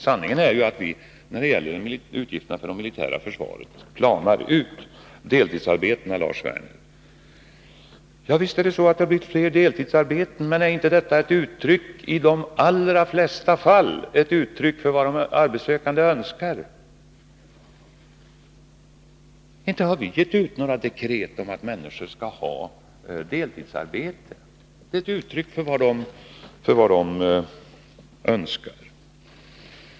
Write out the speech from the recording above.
Sanningen är den att våra utgifter för det militära försvaret planar ut. Beträffande deltidsarbetena, Lars Werner, vill jag säga att det är sant att det har blivit flera sådana. Men detta är i de allra flesta fall ett uttryck för vad de arbetssökande önskar. Inte har vi utfärdat några dekret om att människor skall ha deltidsarbete.